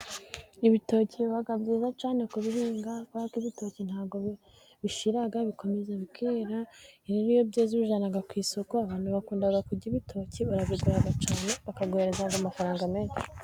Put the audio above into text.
Ibitoki biba byiza cyane ku bihinga, kubera ko ibitoki ntabwo bishira, bikomeza bikera, rero iyo byeze ubijyana ku isoko, abantu bakundaga kurya ibitoki, barabigura cyane, bakaguhereza amafaranga menshi.